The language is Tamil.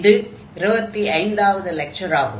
இது 25 வது லெக்சர் ஆகும்